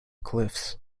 cliffs